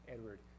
Edward